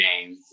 game